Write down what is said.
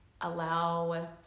allow